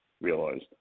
realized